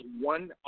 one